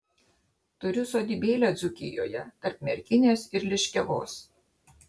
turiu sodybėlę dzūkijoje tarp merkinės ir liškiavos